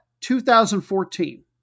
2014